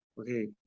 Okay